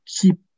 keep